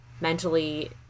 mentally